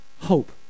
hope